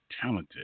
talented